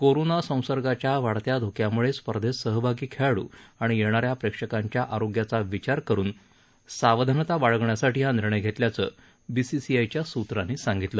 corona संसर्गाच्या वाढत्या धोक्याम्ळे स्पर्धेत सहभागी खेळाडू आणि येणा या प्रेक्षकांच्या आरोग्याचा विचार करुन सावधानता बाळगण्यासाठी हा निर्णय घेतल्याचं बीसीआयच्या सूत्रांनी सांगितलं